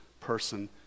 person